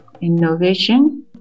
innovation